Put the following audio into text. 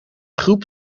groep